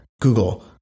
Google